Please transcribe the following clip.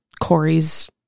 Corey's